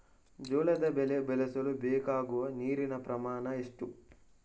ಜೋಳದ ಬೆಳೆ ಬೆಳೆಸಲು ಬೇಕಾಗುವ ನೀರಿನ ಪ್ರಮಾಣ ಎಷ್ಟು?